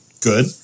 Good